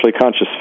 conscious